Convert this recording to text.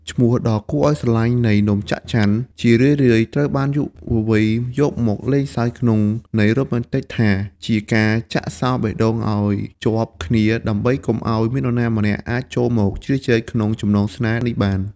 ឈ្មោះដ៏គួរឱ្យស្រឡាញ់នៃ «នំចាក់ច័ន» ជារឿយៗត្រូវបានយុវវ័យយកមកលេងសើចក្នុងន័យរ៉ូមែនទិកថា ជាការចាក់សោរបេះដូងឱ្យជាប់គ្នា ដើម្បីកុំឱ្យមានអ្នកណាម្នាក់អាចចូលមកជ្រៀតជ្រែកក្នុងចំណងស្នេហ៍នេះបាន។